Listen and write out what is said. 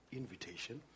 invitation